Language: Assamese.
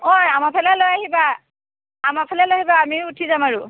অঁ আমাৰফালে লৈ আহিবা আমাৰফালে লৈ আহিবা আমিও উঠি যাম আৰু